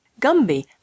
Gumby